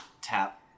tap